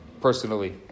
personally